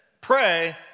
pray